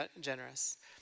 generous